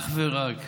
אך ורק,